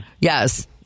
Yes